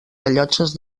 rellotges